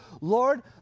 Lord